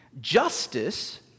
Justice